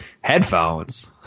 Headphones